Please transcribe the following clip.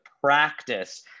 practice